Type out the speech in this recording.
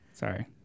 Sorry